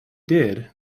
did